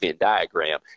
diagram